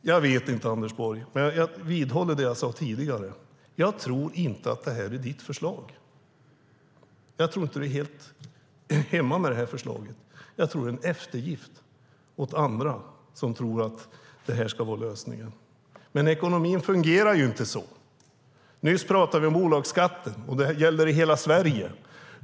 Jag vidhåller det jag sade tidigare. Anders Borg, jag tror inte att det här är ditt förslag. Jag tror inte att du är helt hemma med det här förslaget. Jag tror att det är en eftergift åt andra, som tror att det här ska vara lösningen. Men ekonomin fungerar ju inte så! Nyss talade vi om bolagsskatten, och den gäller i hela Sverige.